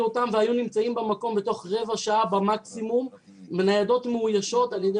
אותם והיו נמצאים במקום תוך רבע שעה במקסימום וניידות מאוישות על ידי